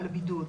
על בידוד.